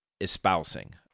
espousing